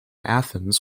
athens